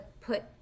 put